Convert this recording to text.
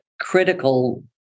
critical